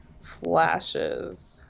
flashes